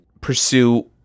pursue